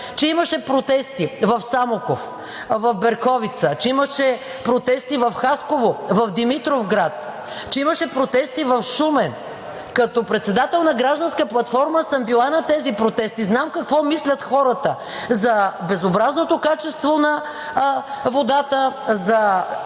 че имаше протести в Самоков, в Берковица, че имаше протести в Хасково, в Димитровград, че имаше протести в Шумен. Като председател на гражданска платформа съм била на тези протести. Знам какво мислят хората за безобразното качество на водата, за